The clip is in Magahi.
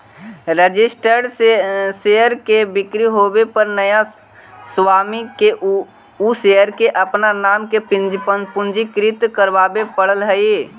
रजिस्टर्ड शेयर के बिक्री होवे पर नया स्वामी के उ शेयर के अपन नाम से पंजीकृत करवावे पड़ऽ हइ